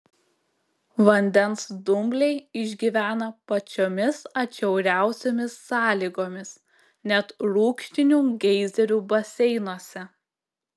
vandens dumbliai išgyvena pačiomis atšiauriausiomis sąlygomis net rūgštinių geizerių baseinuose